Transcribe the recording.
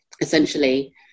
essentially